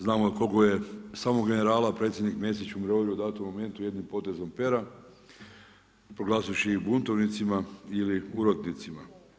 Znamo i koliko je samo generala predsjednik Mesić u mirovinu datu momentu jednim potezom pera, proglasivši ih buntovnicima ili urotnicima.